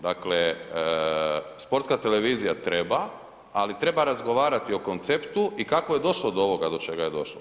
Dakle, Sportska televizija treba, ali treba razgovarati o konceptu i kako je došlo do ovoga do čega je došlo.